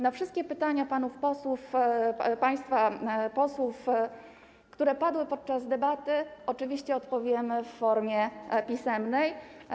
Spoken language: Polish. Na wszystkie pytania państwa posłów, które padły podczas debaty, oczywiście odpowiemy w formie pisemnej.